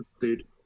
dude